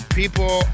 people